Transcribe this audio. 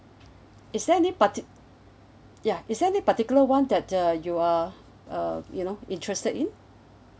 is there any parti~ ya is there any particular one that uh you are uh you know interested in